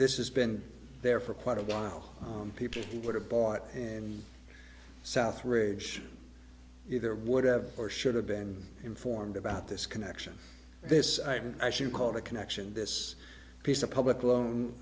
this has been there for quite a while people were bought and southridge there would have or should have been informed about this connection this i'm actually called a connection this piece of public loan